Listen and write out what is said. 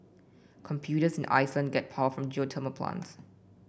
computers in Iceland get power from geothermal plants